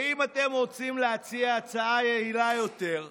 ואם אתם רוצים להציע הצעה יעילה יותר,